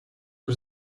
was